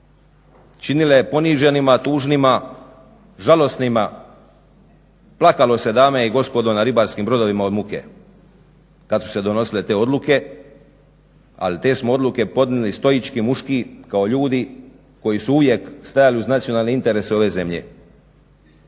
činile poniženima, tužnima, žalosnima. Plakalo se, dame i gospodo, na ribarskim brodovima od muke kad su se donosile te odluke, ali te smo odluke podnijeli stoički, muški kao ljudi koji su uvijek stajali uz nacionalne interese ove zemlje.